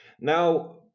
Now